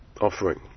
offering